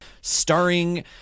starring